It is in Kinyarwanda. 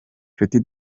nshuti